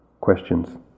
questions